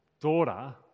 daughter